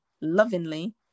lovingly